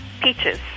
Peaches